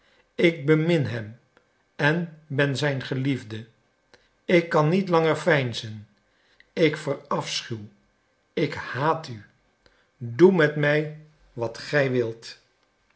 ik bemin hem en ben zijn geliefde ik kan niet langer veinzen ik verafschuw ik haat u doe met mij wat gij wilt